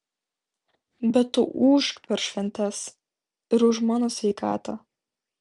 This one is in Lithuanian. bet tu ūžk per šventes ir už mano sveikatą